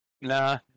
Nah